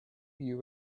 you